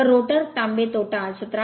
तर रोटर तांबे तोटा 17